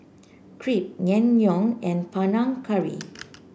Crepe Naengmyeon and Panang Curry